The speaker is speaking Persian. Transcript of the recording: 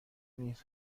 نیز